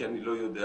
כי אני לא יודע,